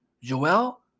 Joel